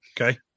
Okay